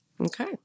Okay